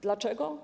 Dlaczego?